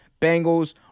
Bengals